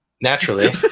Naturally